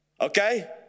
okay